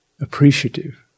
Appreciative